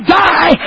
die